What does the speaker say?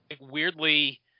weirdly